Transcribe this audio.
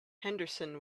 henderson